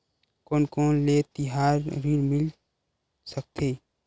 कोन कोन ले तिहार ऋण मिल सकथे?